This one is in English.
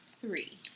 three